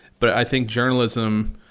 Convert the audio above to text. but i think journalism,